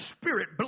spirit